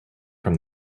from